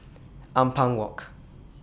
Ampang Walk